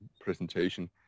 presentation